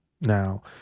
Now